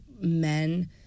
men